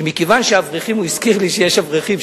שמכיוון שאברכים, הוא הזכיר לי שיש אברכים.